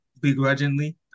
begrudgingly